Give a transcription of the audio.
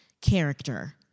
character